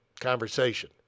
conversation